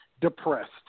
depressed